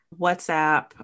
WhatsApp